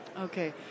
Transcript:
Okay